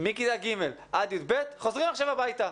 מכיתה ג' עד כיתה י"ב חוזרים עכשיו הביתה.